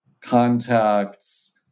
contacts